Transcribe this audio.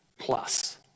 plus